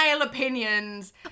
opinions